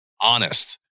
honest